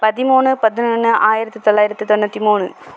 பதிமூணு பதினொன்னு ஆயிரத்து தொள்ளாயிரத்து தொண்ணுற்றி மூணு